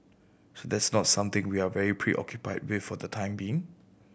so that's not something we are very preoccupied with for the time being